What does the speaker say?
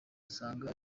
asanga